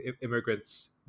immigrants